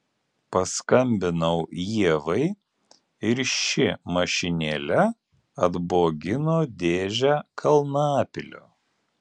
paskambinau ievai ir ši mašinėle atbogino dėžę kalnapilio